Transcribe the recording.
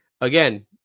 again